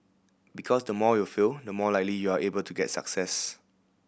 because the more you fail the more likely you are able to get success